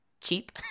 cheap